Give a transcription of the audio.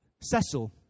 Cecil